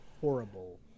horrible